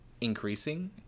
increasing